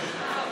איתכם.